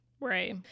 Right